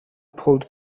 pulled